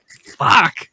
fuck